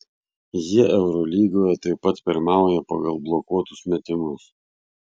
jie eurolygoje taip pat pirmauja pagal blokuotus metimus